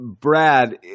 Brad